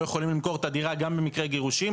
יכולים למכור את הדירה גם במקרה גירושין.